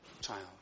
child